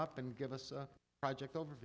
up and give us a project over